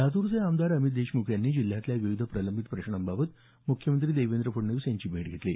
लातूरचे आमदार अमित देशमुख यांनी जिल्ह्यातल्या विविध प्रलंबित प्रश्नांबाबत म्ख्यमंत्री देवेंद्र फडणवीस यांची भेट घेतली